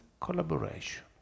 collaboration